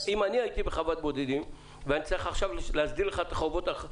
אם אני הייתי בחוות בודדים ואני צריך עכשיו להסדיר לך את החובות,